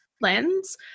lens